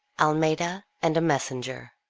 almeda, and a messenger.